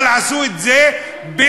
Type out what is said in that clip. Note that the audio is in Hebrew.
אבל עשו את זה בחוכמה.